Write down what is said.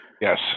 Yes